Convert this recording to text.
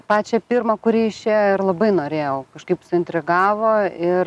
pačią pirmą kuri išėjo ir labai norėjau kažkaip suintrigavo ir